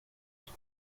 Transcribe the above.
بود